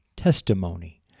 testimony